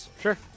Sure